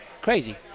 crazy